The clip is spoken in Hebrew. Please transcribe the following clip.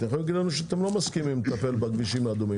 אתם יכולים להגיד לנו שאתם לא מסכימים לטפל בכבישים האדומים,